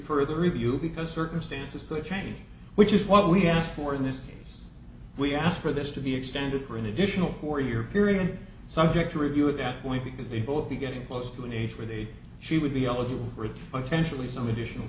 further review because circumstances could change which is what we asked for in this case we asked for this to be extended for an additional four year period subject to review of that point because they'd both be getting close to an age where they she would be